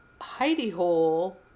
hidey-hole